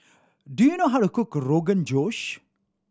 do you know how to cook Rogan Josh